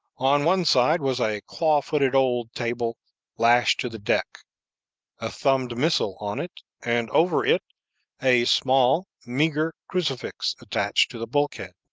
on one side was a claw-footed old table lashed to the deck a thumbed missal on it, and over it a small, meagre crucifix attached to the bulk-head.